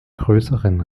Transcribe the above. größeren